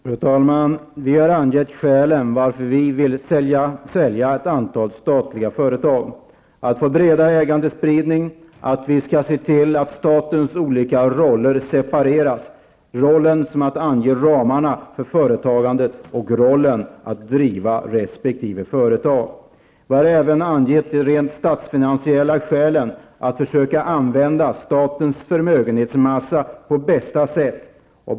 Fru talman! Vi har angett skälen till varför vi vill sälja ett antal statliga företag. Det är för att få en bredare ägandespridning och för att vi skall se till att statens olika roller separeras. Det gäller rollen att ange ramarna för företagandet och rollen att driva resp. företag. Vi har även angett de rent statsfinansiella skälen att försöka använda statens förmögenhetsmassa på bästa sätt.